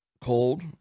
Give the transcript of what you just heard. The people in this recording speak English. cold